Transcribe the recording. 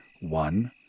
One